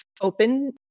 open